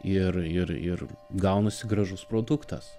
ir ir ir gaunasi gražus produktas